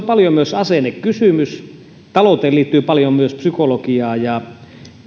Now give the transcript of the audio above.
paljon myös asennekysymyksiä ja talouteen liittyy paljon myös psykologiaa ja